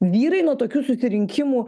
vyrai nuo tokių susirinkimų